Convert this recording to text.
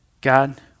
God